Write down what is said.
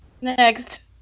Next